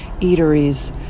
eateries